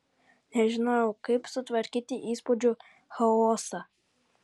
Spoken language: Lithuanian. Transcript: nežinojau kaip sutvarkyti įspūdžių chaosą